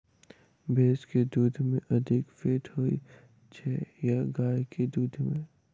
भैंस केँ दुध मे अधिक फैट होइ छैय या गाय केँ दुध में?